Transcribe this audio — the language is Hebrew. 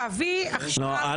תביא עכשיו את ג' ו-ה' וזהו,